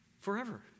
forever